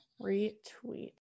retweet